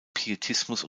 pietismus